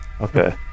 Okay